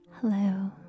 Hello